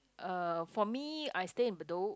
uh for me I stay in Bedok